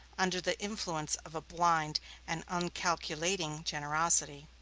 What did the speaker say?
under the influence of a blind and uncalculating generosity.